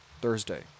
Thursday